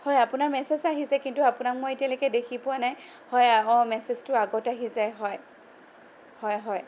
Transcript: হয় আপোনাৰ মেচেজ আহিছে কিন্তু আপোনাক মই এতিয়ালৈকে দেখি পোৱা নাই হয় অ মেচেজটো আগত আহিছে হয় হয় হয়